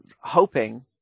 hoping